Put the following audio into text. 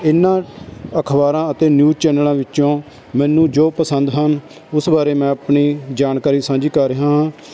ਇਹਨਾਂ ਅਖਬਾਰਾਂ ਅਤੇ ਨਿਊਜ ਚੈਨਲਾਂ ਵਿੱਚੋਂ ਮੈਨੂੰ ਜੋ ਪਸੰਦ ਹਨ ਉਸ ਬਾਰੇ ਮੈਂ ਆਪਣੀ ਜਾਣਕਾਰੀ ਸਾਂਝੀ ਕਰ ਰਿਹਾ ਹਾਂ